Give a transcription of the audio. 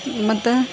ಮತ್ತು